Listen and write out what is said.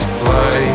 fly